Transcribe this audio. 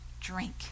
drink